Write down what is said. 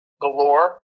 galore